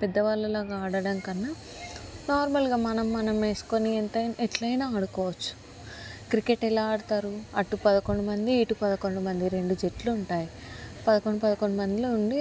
పెద్దవాళ్ళలాగా ఆడడం కన్నా నార్మల్గా మనం మనం వేసుకొని ఎంత ఎట్లయినా ఆడుకోవచ్చు క్రికెట్ ఎలా ఆడతారు అటు పదకొండు మంది ఇటు పదకొండు మంది రెండు జట్లు ఉంటాయి పదకొండు పదకొండు మందిలో ఉండి